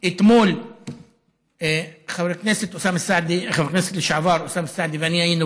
אתמול חבר הכנסת לשעבר אוסאמה סעדי ואני היינו